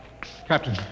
Captain